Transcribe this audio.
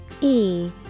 E-